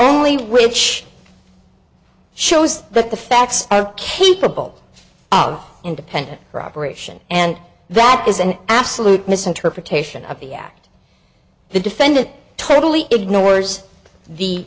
really which shows that the facts are capable of independent corroboration and that is an absolute misinterpretation of the act the defendant totally ignores the